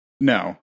No